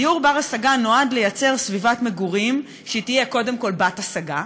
דיור בר-השגה נועד לייצר סביבת מגורים שתהיה קודם כול בת-השגה,